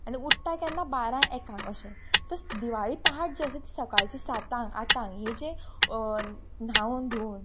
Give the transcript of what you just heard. आनी उठटा केन्ना बारा एकाक अशें तर दिवाळी पहाट जी आसा ती सकाळची सातांक आटांक ही जी न्हांवन धुवन